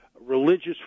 religious